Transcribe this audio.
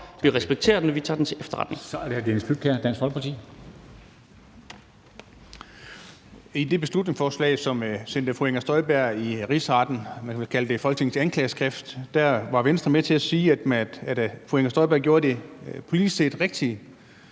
Folkeparti. Kl. 14:06 Dennis Flydtkjær (DF): I det beslutningsforslag, som sendte fru Inger Støjberg i Rigsretten, man kan kalde det Folketingets anklageskrift, var Venstre med til at sige, at fru Inger Støjberg gjorde det politisk set rigtige,